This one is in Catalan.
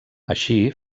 així